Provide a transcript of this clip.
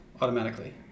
automatically